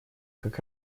как